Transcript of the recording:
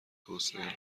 توسعه